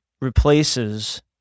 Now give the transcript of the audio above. replaces